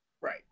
Right